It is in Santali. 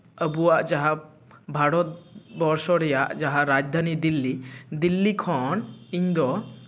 ᱟᱵᱚᱣᱟᱜ ᱡᱟᱦᱟᱸ ᱵᱷᱟᱨᱚᱛ ᱵᱚᱨᱥᱚ ᱨᱮᱭᱟᱜ ᱡᱟᱦᱟᱸ ᱨᱟᱡᱽᱫᱷᱟᱱᱤ ᱫᱤᱞᱞᱤ ᱫᱤᱞᱞᱤ ᱠᱷᱚᱱ ᱤᱧ ᱫᱚ